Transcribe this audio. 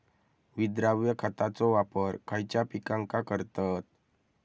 विद्राव्य खताचो वापर खयच्या पिकांका करतत?